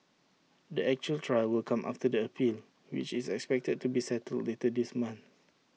the actual trial will come after the appeal which is expected to be settled later this month